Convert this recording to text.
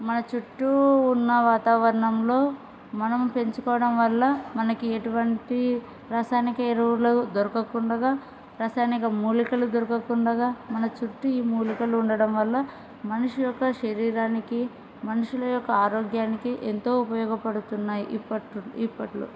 మన చుట్టూ ఉన్న వాతావరణంలో మనం పెంచుకోవడం వల్ల మనకి ఎటువంటి రసాయనిక ఎరువులు దొరకకుండగా రసాయనిక మూలికలు దొరకకుండగా మన చుట్టూ ఈ మూలికలు ఉండడం వల్ల మనిషి యొక్క శరీరానికి మనుషుల యొక్క ఆరోగ్యానికి ఎంతో ఉపయోగపడుతున్నాయి ఇప్పట్ ఇప్పట్లో